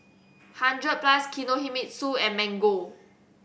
Hundred Plus Kinohimitsu and Mango